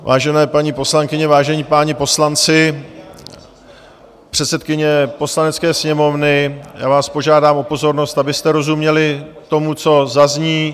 Vážené paní poslankyně, vážení páni poslanci předsedkyně Poslanecké sněmovny já vás požádám o pozornost, abyste rozuměli tomu, co zazní.